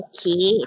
Okay